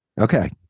Okay